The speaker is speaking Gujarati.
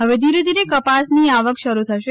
હવે ધીરે ધીરે કપાસની આવક શરૂ થશે